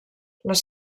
les